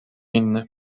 inny